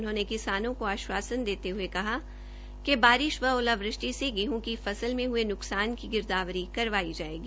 उन्होंने किसानों को आश्वासन देते हुए कहा कि बारिश व ओलावृष्टि से गेहूं की फसल में हुए नुकसान की गिरदावरी करवाई जाएगी